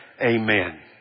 Amen